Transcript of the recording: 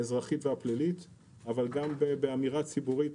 האזרחית והפלילית אבל גם באמירה ציבורית